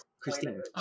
christine